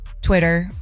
Twitter